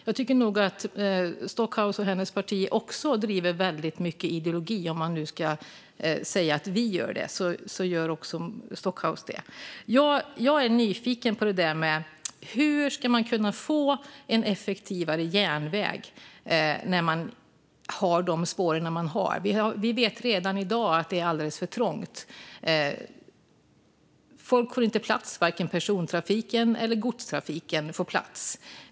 Jag tycker nog att Stockhaus och hennes parti också ägnar sig väldigt mycket åt ideologi. Om vi nu gör det gör nog även Stockhaus det. Jag är nyfiken på detta hur man ska kunna få en effektivare järnväg när man har de spår man har. Vi vet redan i dag att det är alldeles för trångt och att folk inte får plats. Varken persontrafiken eller godstrafiken får plats.